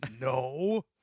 No